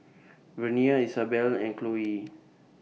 Vernie Isabelle and Chloie